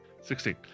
Sixteen